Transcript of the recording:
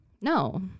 No